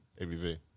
ABV